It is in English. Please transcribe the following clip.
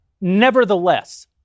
Nevertheless